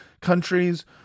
countries